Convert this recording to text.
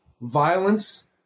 violence